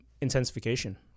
Intensification